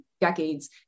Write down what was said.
decades